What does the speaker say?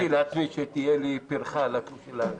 --- תיארתי לעצמי שתהיה פירכה לדבריי.